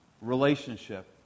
relationship